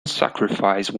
sacrifice